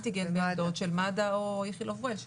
אנטיגן בעמדות של מד"א או של איכילוב וול.